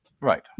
right